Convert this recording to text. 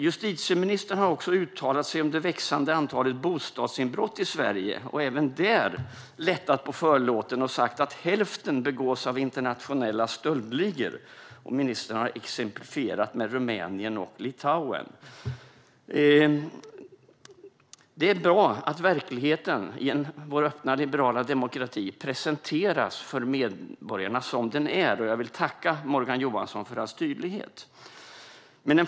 Justitieministern har också uttalat sig om det växande antalet bostadsinbrott i Sverige och även då lättat på förlåten och sagt att hälften begås av internationella stöldligor. Ministern har exemplifierat med Rumänien och Litauen. Det är bra att verkligheten i vår öppna liberala demokrati presenteras för medborgarna så som den är. Jag vill tacka Morgan Johansson för hans tydlighet.